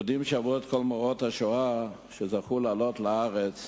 יהודים שעברו את כל מוראות השואה וזכו לעלות לארץ